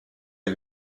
est